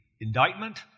indictment